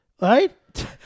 Right